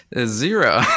Zero